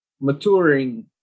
maturing